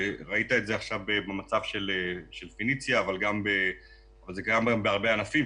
וראית את זה עכשיו במצב של "פניציה" אבל זה גם בהרבה ענפים,